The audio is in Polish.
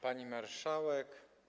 Pani Marszałek!